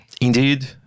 Indeed